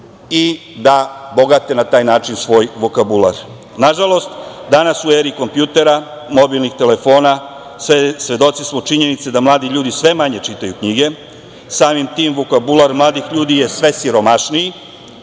i da bogate na taj način svoj vokabular. Nažalost, danas u eri kompjutera, mobilnih telefona svedoci smo činjenice da mladi ljudi sve manje čitaju knjige, sami tim vokabulara mladih ljudi je sve siromašniji